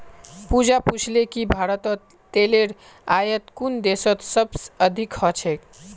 पूजा पूछले कि भारतत तेलेर आयात कुन देशत सबस अधिक ह छेक